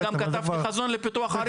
אני גם כתבתי חזון לפיתוח ערים מעורבות.